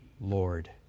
Lord